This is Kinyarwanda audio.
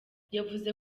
yavuze